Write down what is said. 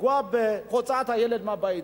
לפגוע בהוצאת הילד מהבית.